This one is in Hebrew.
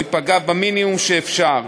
או ייפגע במינימום שאפשר.